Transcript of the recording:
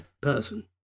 person